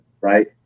right